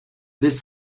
this